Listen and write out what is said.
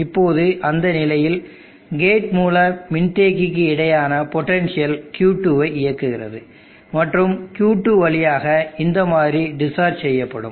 இப்போது அந்த நிலையில் கேட் மூல மின்தேக்கிக்கு இடையேயான பொட்டன்ஷியல் Q2 வை இயக்குகிறது மற்றும் Q2 வழியாக இந்த மாதிரி டிஸ்சார்ஜ் செய்யப்படும்